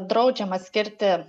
draudžiama skirti